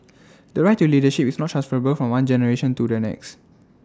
the right to leadership is not transferable from one generation to the next